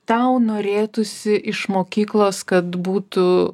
tau norėtųsi iš mokyklos kad būtų